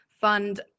fund